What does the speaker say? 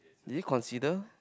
is it consider